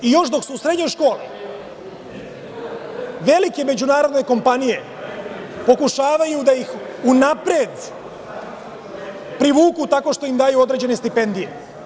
Još dok su u srednjoj školi, velike međunarodne kompanije pokušavaju da ih unapred privuku tako što ima daju određene stipendije.